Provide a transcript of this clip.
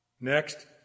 Next